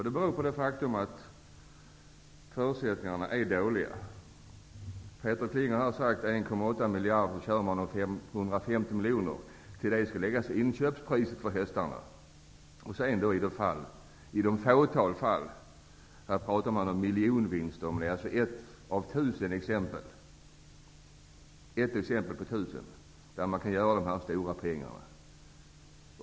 Det beror på det faktum att förutsättningarna är dåliga. Peter Kling har talat om kostnader på 1,8 miljarder, och man kör om 550 miljoner. Till detta skall läggas inköpspriset på hästarna. Och det är i ett fåtal fall som det handlar om miljonvinster. Det kanske är i ett fall av tusen som man kan tjäna dessa stora pengar.